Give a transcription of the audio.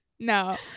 No